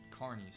carnies